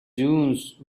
dunes